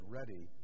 ready